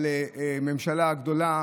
על ממשלה גדולה,